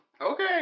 Okay